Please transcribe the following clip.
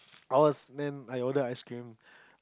I was then I ordered ice cream